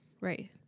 Right